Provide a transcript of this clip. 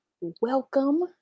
Welcome